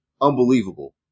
unbelievable